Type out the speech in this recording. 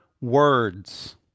words